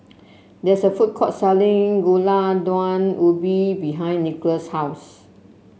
there is a food court selling Gulai Daun Ubi behind Nicolas' house